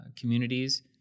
communities